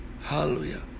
hallelujah